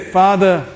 father